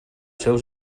seus